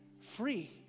Free